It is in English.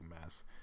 mess